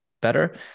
better